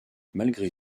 malgré